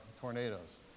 tornadoes